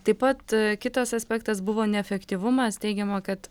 taip pat kitas aspektas buvo neefektyvumas teigiama kad